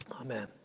Amen